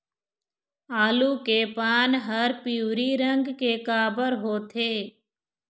आलू के पान हर पिवरी रंग के काबर होथे?